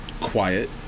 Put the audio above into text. quiet